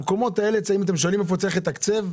המקומות האלה, אם אתם שואלים איפה צריך לתקצב?